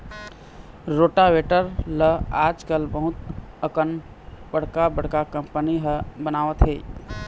rotavator ल आजकाल बहुत अकन बड़का बड़का कंपनी ह बनावत हे